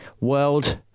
world